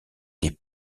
des